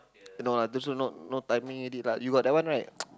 no lah this one no no timing already lah you got that one right